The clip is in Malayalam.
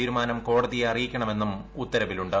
തീരുമാനം കോടതിയെ അറിയിക്കണമെന്നും ഉത്തരവിലുണ്ട്